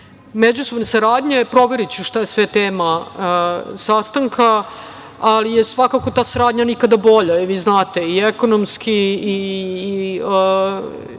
međusobne saradnje, proveriću šta je sve tema sastanka, ali je svakako ta saradnja nikada bolja. Vi znate, i ekonomski i